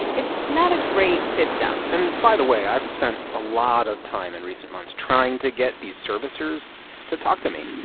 it's not a great system and, by the way, i've spent a lot of time in recent months trying to get these servicers to talk to me,